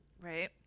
Right